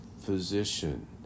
physician